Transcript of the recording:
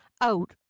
out